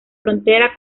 frontera